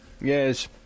Yes